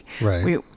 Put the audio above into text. Right